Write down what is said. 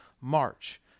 March